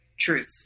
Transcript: truth